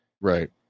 right